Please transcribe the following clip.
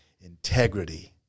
integrity